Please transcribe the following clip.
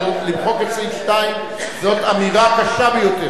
אבל למחוק את סעיף 2 זו אמירה קשה ביותר.